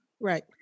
Right